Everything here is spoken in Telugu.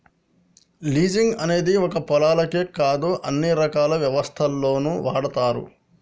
లీజింగ్ అనేది ఒక్క పొలాలకే కాదు అన్ని రకాల వ్యవస్థల్లోనూ వాడతారు